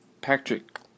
Patrick